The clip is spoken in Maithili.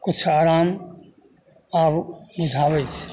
किछु आराम आब बूझाबय छै